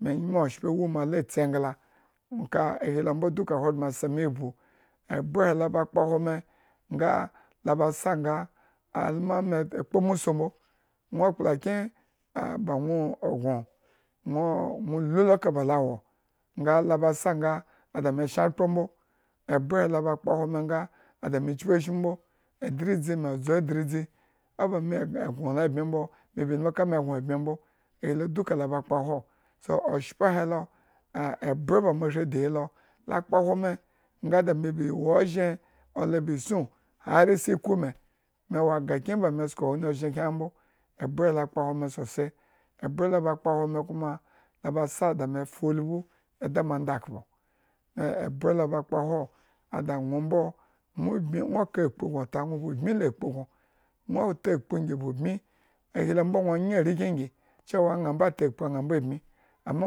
Me nymo oshpa wu moa la tsi engla nwo duka nga ka ahi lo ambo duka nga ahogbren aba se moa ivbu ebye he la ba kpohwo me nga a lo a sa nga alu ma me kpo umusu mbo nwo akplakyen boi nwo ogno nwo o olu lo eka ba la wo nga la ba sa nya ada me shen akpro mbo abyenhe lo aba kpohwo me nga ada me kpi ashmu mbo adridzi me adzu adridzi oba ame e gno lo embye mbo in ma ka me gno lo embye mbo ahi lo duka la ba kpohwo so oshpa he lo ah eh ebye la ba me shridi he lo ah eh ebye la ba kpohwo so oshpo he lo ah eh ebye la ba me shri he lo aba kpohwo me nga ada. meba yi ozhen nga nga ada me nga ada me ba suñ hari sa iku me, me wo aga kyen ba me esko ozhen nki ba ame sko wuni ozhen ebye he lo akpohwo me sosai ebye lo la ba kpohwo me kuma la ba sa da me fulbi eda moandakhpo eh ebye lakpo hwo lo la kpahwo ada nwo mbo, nwo ba bmi la akpu gno, nwo ota akpu nyi. ba bmi la akpu gnoahi lo ambo nw nye are nki anyi so aña ambo atakpu aña mbo abmi amma nwo ota kpu aña mbo abmi amma nwo ota kpu